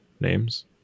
names